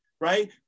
Right